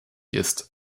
ist